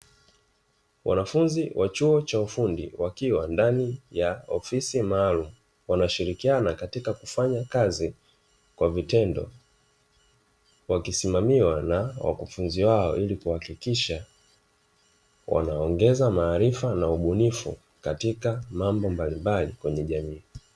Wanafunzi wa chuo cha ufundi wakiwa ndani ya ofisi maalumu wanashirikiana katika kufanya kazi kwa vitendo, wakisimamiwa na wakufunzi wao, ili kuhakikisha wanaongeza maarifa na ubunifu, katika mambo mbalimbali kwenye jamii.